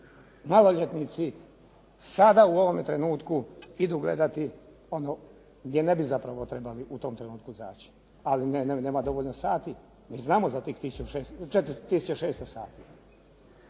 maloljetnici sada u ovome trenutku idu gledati ono gdje ne bi zapravo trebali u tom trenutku zaći, ali ne nema dovoljno sati. Mi znamo za tih 4 tisuće